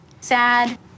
sad